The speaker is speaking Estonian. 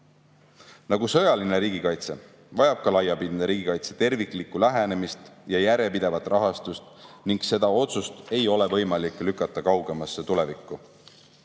Nagu sõjaline riigikaitse, vajab ka laiapindne riigikaitse terviklikku lähenemist ja järjepidevat rahastust ning seda otsust ei ole võimalik lükata kaugemasse tulevikku.